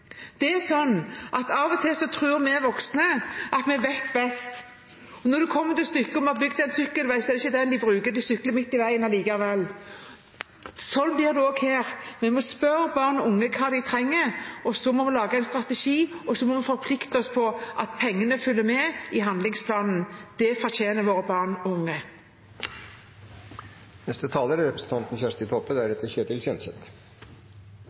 Av og til tror vi voksne at vi vet best. Når det kommer til stykket og vi har bygd en sykkelvei, er det ikke den de bruker – de sykler midt i veien allikevel. Sånn blir det også her. Vi må spørre barn og unge om hva de trenger, så må vi lage en strategi, og så må vi forplikte oss på at pengene følger med i handlingsplanen. Det fortjener våre barn og unge.